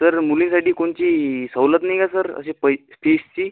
sir मुलीसाठी कोणची सवलत नाही का सर अशी पै फीजची